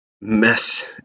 mess